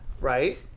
Right